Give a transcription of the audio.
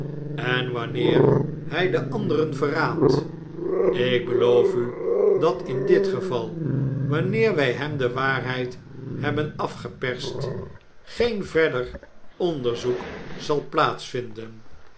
en wanneer hij de anderen verraad ik beloof u dat in dit geval wanneer wij hem de waarheid hebben afgeperst geen verder onderzoek zal